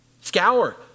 Scour